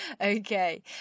okay